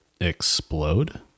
explode